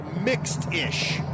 mixed-ish